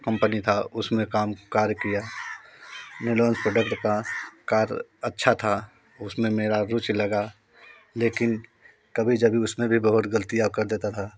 company था उसमें काम कार्य किया निलोन्स प्रोडक्ट का कार्य अच्छा था उसमें मेरा रुचि लगा लेकिन कभी जभी उसमें भी बहुत गलतियाँ कर देता था